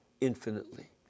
infinitely